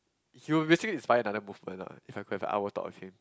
he would basically inspire another movement ah if I could I would have thought of him